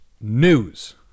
news